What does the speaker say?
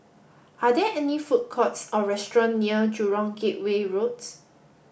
are there food courts or restaurants near Jurong Gateway Road